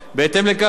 לשמחתנו,